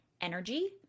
energy